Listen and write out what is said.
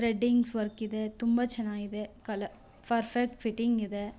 threadings work ಇದೆ ತುಂಬ ಚೆನ್ನಾಗಿದೆ ಕಲ ಫರ್ಫೆಕ್ಟ್ ಫಿಟಿಂಗ್ ಇದೆ